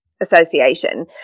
Association